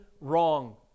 wrong